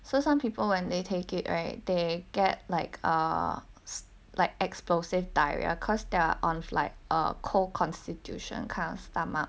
so some people when they take it right they get like uh like explosive diarrheas cause they're on like uh cold constitution kind of stomach